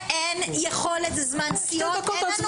אין אישור מיושב-ראש